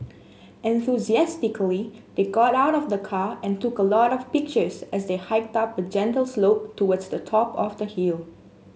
enthusiastically they got out of the car and took a lot of pictures as they hiked up a gentle slope towards the top of the hill